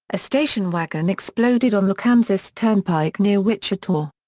a station wagon exploded on the kansas turnpike near wichita.